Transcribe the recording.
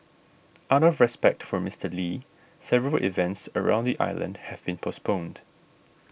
out of respect for Mister Lee several events around the island have been postponed